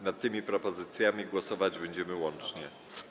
Nad tymi propozycjami głosować będziemy łącznie.